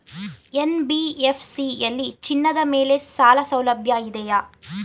NBFC ಯಲ್ಲಿ ಚಿನ್ನದ ಮೇಲೆ ಸಾಲಸೌಲಭ್ಯ ಇದೆಯಾ?